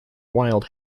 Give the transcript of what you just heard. wild